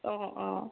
অঁ অঁ